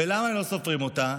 ולמה הם לא סופרים אותה?